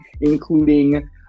including